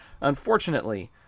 Unfortunately